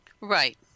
Right